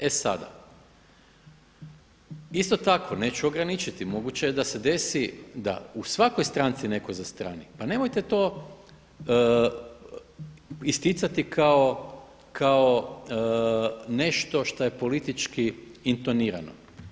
E sada, isto tako neću ograničiti moguće je da se desi da u svakoj stranci neko zastrani, pa nemojte to isticati kao nešto šta je politički intonirano.